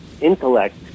intellect